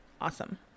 Awesome